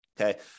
okay